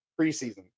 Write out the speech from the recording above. preseason